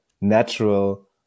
natural